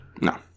No